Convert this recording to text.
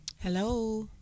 Hello